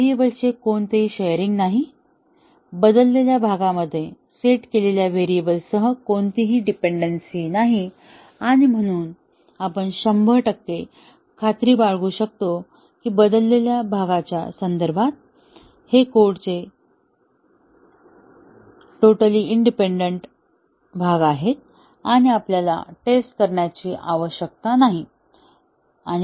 व्हेरिएबलचे कोणतेही शेरिंग नाही बदललेल्या भागामध्ये सेट केलेल्या व्हेरिएबल्ससह कोणतेही डिपेन्डन्सी नाही आणि म्हणून आपण 100 टक्के खात्री बाळगू शकतो की बदललेल्या भागाच्या संदर्भात हे कोडचे त्रूएली इंडिपेंडंट भाग आहेत आणि आपल्याला टेस्ट करण्याची आवश्यकता नाही